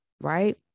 Right